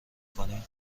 کنین